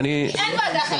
אין לי ועדה אחרת.